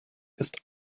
ist